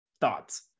Thoughts